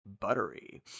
buttery